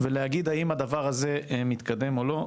ולהגיד האם הדבר הזה מתקדם או לא,